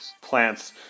plants